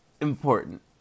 important